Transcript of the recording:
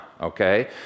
okay